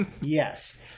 Yes